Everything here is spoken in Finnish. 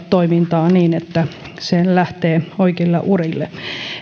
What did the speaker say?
toimintaa niin että se lähtee oikeille urille